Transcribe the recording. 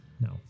no